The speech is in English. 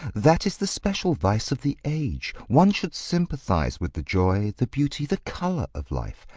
that is the special vice of the age. one should sympathise with the joy, the beauty, the colour of life.